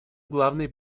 главные